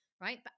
right